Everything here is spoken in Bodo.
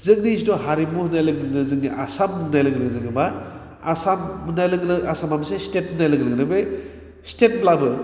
जोंनि जिथु हारिमु होन्नाय लोगो लोगोनो जोंनि आसाम होन्नाय लोगो लोगोनो जोङो मा आसाम होन्नाय लोगो लोगोनो आसामा मोनसे स्टेट होन्नाय लोगो लोगोनो बे स्टेटब्लाबो